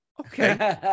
Okay